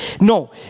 No